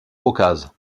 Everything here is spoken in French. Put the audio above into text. caucase